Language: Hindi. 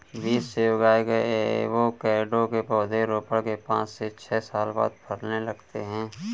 बीज से उगाए गए एवोकैडो के पौधे रोपण के पांच से छह साल बाद फलने लगते हैं